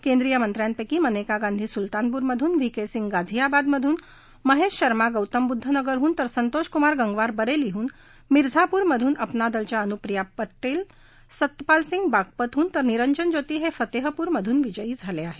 केंद्रीय मंत्र्यांपैकी मनेका गांधी सुलतानपूरमधून व्ही के सिंग गाझियाबादमधून महेश शर्मा गोतम बुध्द नगरहून तर संतोषकुमार गंगवार बरेलीहून मिझापूरमधून अपना दलच्या अनुप्रिया पटेल सत्यपाल सिंग बागपतहून तर निंरजन ज्योती हे फतेहपूरमधून विजयी झाले आहेत